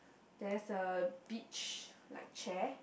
there is a beach like chair